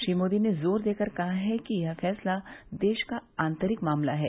श्री मोदी ने जोर देकर कहा कि यह फैसला देश का आंतरिक मामला है